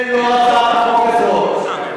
אתה צודק, זה לא הצעת החוק הזאת.